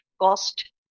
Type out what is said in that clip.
cost